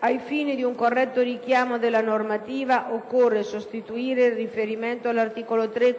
ai fini di un corretto richiamo della normativa, occorre sostituire il riferimento all'articolo 3,